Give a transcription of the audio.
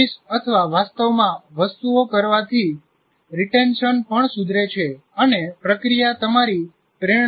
practice અથવા વાસ્તવમાં વસ્તુઓ કરવાથી રીટેન્શન પણ સુધરે છે અને પ્રક્રિયા તમારી પ્રેરણાને પણ વધારે છે